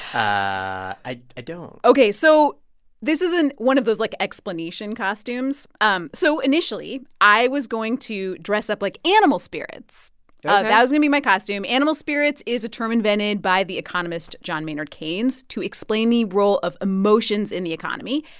i don't ok. so this isn't one of those, like, explanation costumes. um so initially, i was going to dress up like animal spirits yeah to be my costume. animal spirits is a term invented by the economist john maynard keynes to explain the role of emotions in the economy.